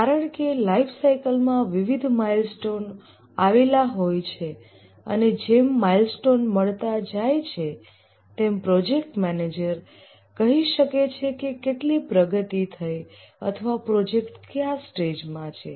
કારણકે લાઈફસાઈકલમા વિવિધ માઈલસ્ટોન આવેલા હોય છે અને જેમ માઈલસ્ટોન મળતા જાય તેમ પ્રોજેક્ટ મેનેજર કહી શકે છે કે કેટલી પ્રગતિ થઈ અથવા પ્રોજેક્ટ કયા સ્ટેજમાં છે